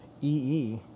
EE